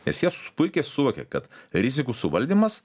nes jie puikiai suvokė kad rizikų suvaldymas